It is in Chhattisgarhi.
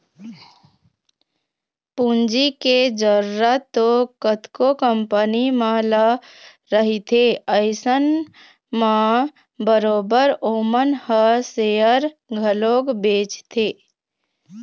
पूंजी के जरुरत तो कतको कंपनी मन ल रहिथे अइसन म बरोबर ओमन ह सेयर घलोक बेंचथे